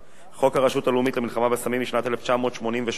חוק הרשות הלאומית למלחמה בסמים משנת 1988 נחקק